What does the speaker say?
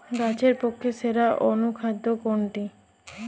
গাছের পক্ষে সেরা অনুখাদ্য কোনটি?